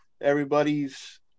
Everybody's